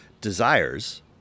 desires